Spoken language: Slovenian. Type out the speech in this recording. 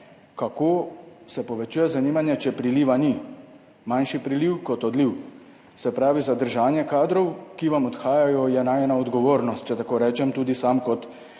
Kako se povečuje zanimanje, če priliva ni? [Imamo] manjši priliv kot odliv. Se pravi, zadržanje kadrov, ki vam odhajajo, je najina odgovornost, če tako rečem, tudi mene kot